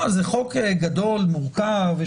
זה חוק גדול ומורכב.